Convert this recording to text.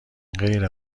غیر